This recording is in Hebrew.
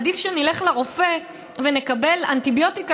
עדיף שנלך לרופא ונקבל אנטיביוטיקה,